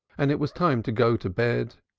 and it was time to go to bed,